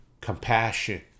compassion